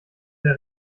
der